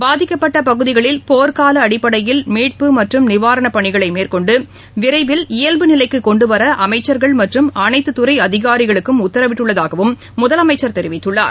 பாதிக்கப்பட்டபகுதிகளில் போ்க்காலஅடிப்படையில் மீட்பு மற்றும் நிாவரணப் பணிகளைமேற்கொண்டு விரைவில் இயல்பு நிலைக்குகொண்டுவரஅமைச்சா்கள் மற்றும் அனைத்துத் துறைஅதிகாரிகளுக்கும் உத்தரவிட்டுள்ளதாகவும் முதலமைச்சர் தெரிவித்துள்ளார்